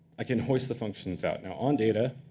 i can hoist the functions out. now on data,